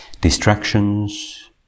distractions